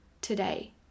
today